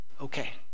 Okay